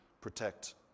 protect